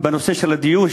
בנושא הדיור,